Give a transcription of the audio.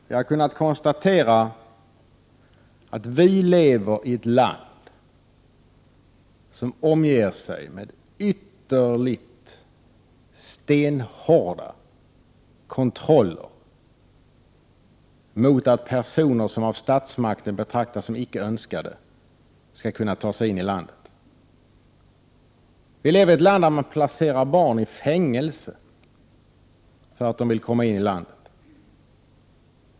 Vi har kunnat konstatera att vi lever i ett land som omger sig med stenhårda kontroller för att personer som av statsmakten betraktas som icke önskvärda icke skall kunna ta sig in i landet. Vilever i ett land där man placerar barn i fängelse därför att de vill komma in i landet.